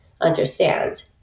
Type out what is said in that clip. understand